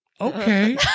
okay